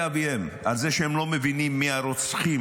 אביהם על זה שהם לא מבינים מי הם הרוצחים.